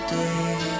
day